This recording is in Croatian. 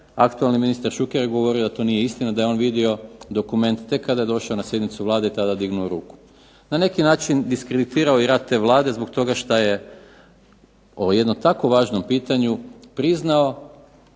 aktualni ministar Šuker je govorio da to nije istina da je on vidio dokument tek kada je došao na sjednicu Vlade i tada dignuo ruku. Na neki način diskreditirao je rad te Vlade zbog toga što je o jednom tako važnom pitanju priznao